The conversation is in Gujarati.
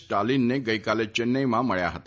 સ્ટાલીનને ગઇકાલે ચેન્નાઇમાં મળ્યા હતા